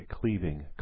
cleaving